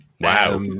Wow